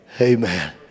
Amen